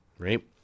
right